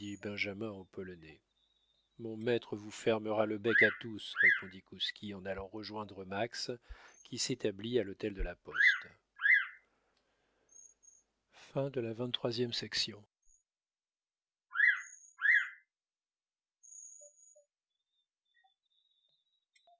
benjamin au polonais mon maître vous fermera le bec à tous répondit kouski en allant rejoindre max qui s'établit à l'hôtel de la poste